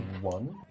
one